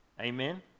Amen